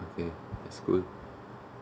okay that's good